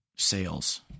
sales